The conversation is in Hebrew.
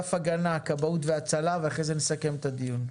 אגף הגנה, כבאות והצלה, ואחרי זה נסכם את הדיון.